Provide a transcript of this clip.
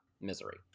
Misery